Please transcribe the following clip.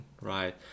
Right